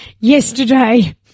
Yesterday